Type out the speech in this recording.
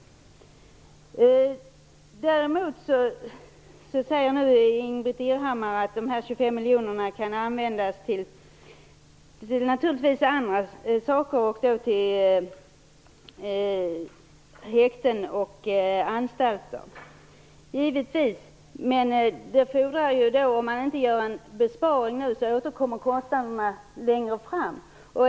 Ingbritt Irhammar säger nu att de 25 miljonerna kan användas till annat, till häkten och till anstalter. Givetvis, men om man inte gör en besparing nu, återkommer kostnaderna längre fram.